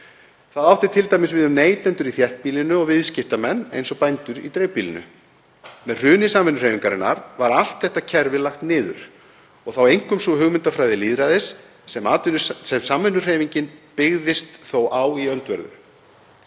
Það átti t.d. við um neytendur í þéttbýlinu og viðskiptamenn eins og bændur í dreifbýlinu. Með hruni samvinnuhreyfingarinnar var allt þetta kerfi lagt niður og þá einkum sú hugmyndafræði lýðræðis sem samvinnuhreyfingin byggðist þó á í öndverðu.